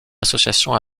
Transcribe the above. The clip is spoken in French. association